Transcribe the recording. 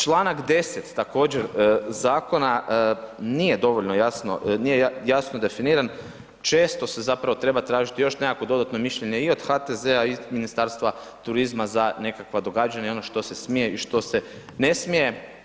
Čl. 10. također zakona nije dovoljno jasno, nije jasno definiran, često se zapravo treba tražiti još nekakvo dodatno mišljenje i od HTZ-a i od Ministarstva turizma za nekakva događanja i ono što se smije i što se ne smije.